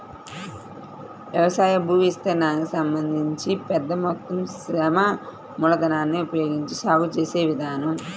వ్యవసాయ భూవిస్తీర్ణానికి సంబంధించి పెద్ద మొత్తం శ్రమ మూలధనాన్ని ఉపయోగించి సాగు చేసే విధానం